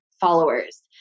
followers